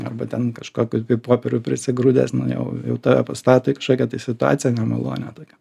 arba ten kažkokių popierių prisigrūdęs nu jau tave pastato į kažkokią situaciją nemalonią tokią